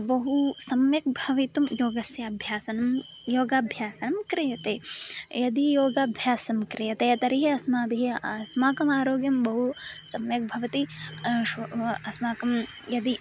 बहु सम्यक् भवितुं योगस्य अभ्यासनं योगाभ्यासनं क्रियते यदि योगाभ्यासं क्रियते तर्हि अस्माभिः अस्माकम् आरोग्यं बहु सम्यक् भवति अस्माकं यदि